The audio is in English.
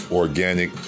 organic